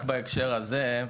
רק בהקשר הזה,